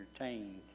entertained